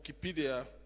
Wikipedia